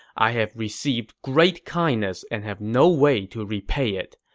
i have received great kindness and have no way to repay it.